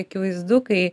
akivaizdu kai